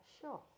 sure